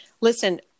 Listen